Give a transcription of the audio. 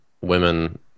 women